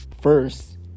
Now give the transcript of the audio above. first